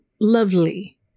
lovely